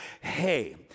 hey